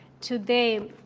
today